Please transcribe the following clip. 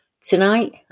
Tonight